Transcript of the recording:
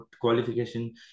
qualification